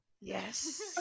Yes